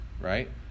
right